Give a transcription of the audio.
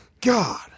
God